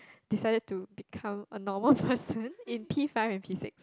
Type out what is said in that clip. decided to become a normal person in P five and P six